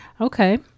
Okay